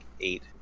eight